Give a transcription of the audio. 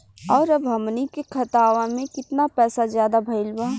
और अब हमनी के खतावा में कितना पैसा ज्यादा भईल बा?